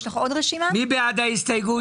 ההסתייגויות.